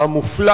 המופלא